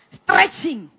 stretching